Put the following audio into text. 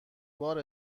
بار